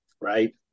right